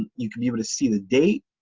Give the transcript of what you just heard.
you can be able to see the date.